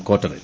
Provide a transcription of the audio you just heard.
ക്വാർട്ടറിൽ